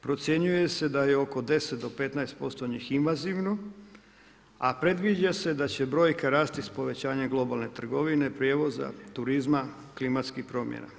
Procjenjuje se da je oko 10 do 15% njih invazivno, a predviđa se da će brojka rasti sa povećanjem globalne trgovine, prijevoza, turizma, klimatskih promjena.